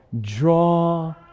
draw